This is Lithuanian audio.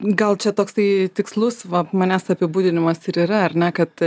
gal čia toks tai tikslus va manęs apibūdinimas ir yra ar ne kad